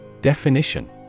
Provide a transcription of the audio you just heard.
Definition